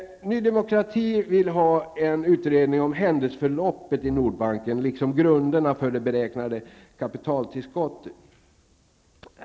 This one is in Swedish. Ny Demokrati vill ha en utredning om händelseförloppet i Nordbanken liksom grunderna för det beräknade kapitaltillskottet.